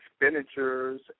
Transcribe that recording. expenditures